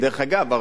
דרך אגב,